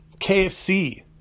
KFC